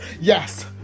Yes